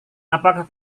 apakah